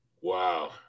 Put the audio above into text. Wow